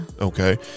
Okay